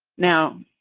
now,